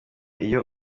iyo